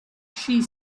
she